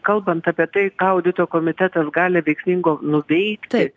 kalbant apie tai ką audito komitetas gali veiksmingo nuveikti